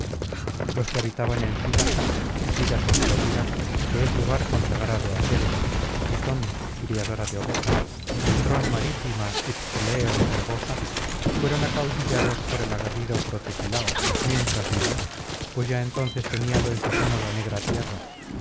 los que habitaban en fílace píraso florida que es lugar consagrado á ceres itón criadora de ovejas antrón marítima y pteleo herbosa fueron acaudillados por el aguerrido protesilao mientras vivió pues ya entonces teníalo en su seno la negra tierra